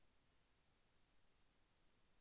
పురుగులు నివారణకు చర్యలు?